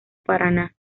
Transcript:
paraná